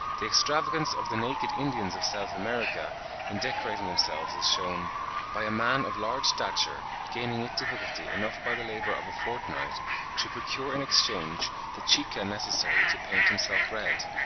the extravagance of the naked indians of south america in decorating themselves is shewn by a man of large stature gaining with difficulty enough by the labour of a fortnight to procure in exchange the chica necessary to paint himself red.